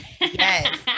Yes